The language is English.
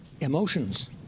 emotions